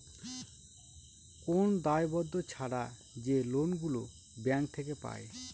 কোন দায়বদ্ধ ছাড়া যে লোন গুলো ব্যাঙ্ক থেকে পায়